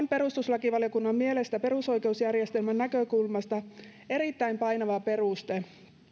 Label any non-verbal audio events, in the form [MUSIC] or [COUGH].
[UNINTELLIGIBLE] perustuslakivaliokunnan mielestä perusoikeusjärjestelmän näkökulmasta erittäin painava peruste